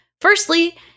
Firstly